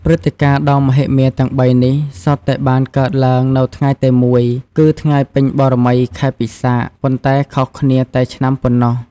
ព្រឹត្តិការណ៍ដ៏មហិមាទាំងបីនេះ សុទ្ធតែបានកើតឡើងនៅថ្ងៃតែមួយ គឺថ្ងៃពេញបូណ៌មីខែពិសាខ ប៉ុន្តែខុសគ្នាតែឆ្នាំប៉ុណ្ណោះ។